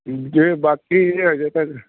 ਜੇ ਬਾਕੀ ਹੈਗੇ ਤਾਂ